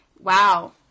wow